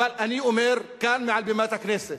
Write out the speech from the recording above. אבל אני אומר כאן מעל במת הכנסת: